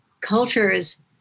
cultures